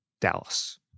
Dallas